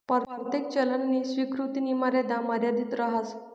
परतेक चलननी स्वीकृतीनी मर्यादा मर्यादित रहास